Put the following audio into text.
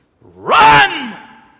Run